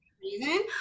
reason